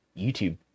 YouTube